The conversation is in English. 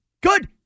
Good